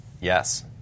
Yes